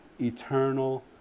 eternal